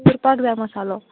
करपाक जाय मसालो